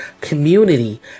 community